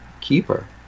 keeper